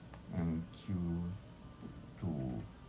yang Q tu